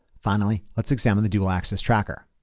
finally, let's examine the dual-axis tracker.